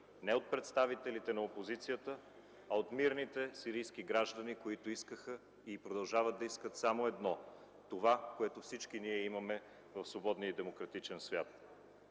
не от представителите на опозицията, а от мирните сирийски граждани, които искаха и продължават да искат само едно – това, което всички ние имаме в свободния демократичен свят.